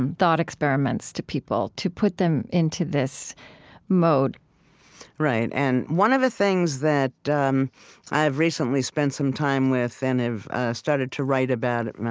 um thought experiments to people, to put them into this mode right, and one of the things that um i've recently spent some time with and have started to write about it now,